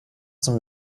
zum